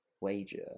wager